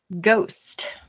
Ghost